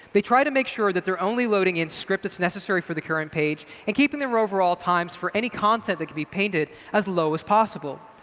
they try to make sure that they're only loading in script that's necessary for the current page, and keeping the overall times for any content that can be painted as low as possible.